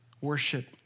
Worship